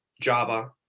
Java